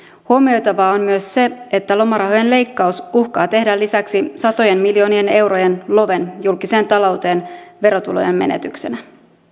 huomioitavaa on myös se että lomarahojen leikkaus uhkaa tehdä lisäksi satojen miljoonien eurojen loven julkiseen talouteen verotulojen menetyksenä